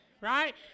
right